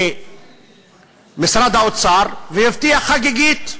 ממשרד האוצר והבטיח חגיגית: